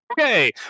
Okay